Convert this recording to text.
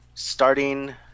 Starting